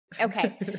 Okay